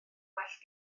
well